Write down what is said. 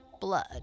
blood